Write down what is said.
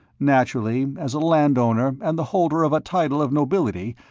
naturally, as a land-owner and the holder of a title of nobility,